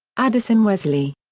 addison-wesley.